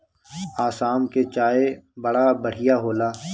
आसाम के चाय बड़ा बढ़िया होला